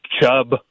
chub